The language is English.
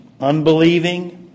unbelieving